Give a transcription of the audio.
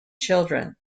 children